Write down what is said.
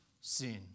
sin